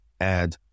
add